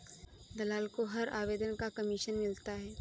दलाल को हर आवेदन का कमीशन मिलता है